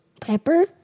Pepper